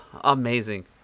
amazing